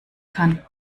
kann